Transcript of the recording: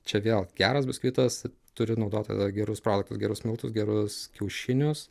čia vėl geras biskvitas turi naudot tada gerus produktus gerus miltus gerus kiaušinius